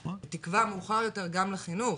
בתקווה, מאוחר יותר גם לחינוך.